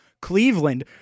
Cleveland